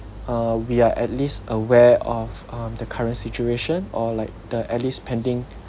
uh we are at least aware of um the current situation or like the at least pending